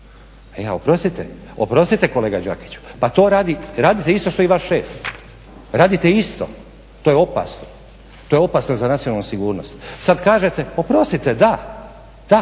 E a oprostite, oprostite kolega Đakiću, radite isto što i vaš šef. Radite isto. To je opasno. To je opasno za nacionalnu sigurnost. Sad kažete. Oprostite. Da, da.